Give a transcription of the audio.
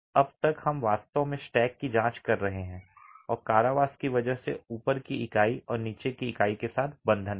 अब तक हम वास्तव में स्टैक की जांच कर रहे हैं और कारावास की वजह से ऊपर की इकाई और नीचे की इकाई के साथ बंधन है